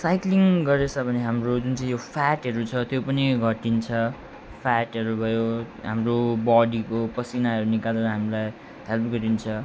cycling गरेछ भने हाम्रो जुन यो फ्याटहरू छ त्यो पनि घटिन्छ फ्याटहरू भयो हाम्रो बडीको पसिनाहरू निकालेर हामीलाई हेल्प गरिन्छ